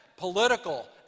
Political